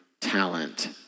talent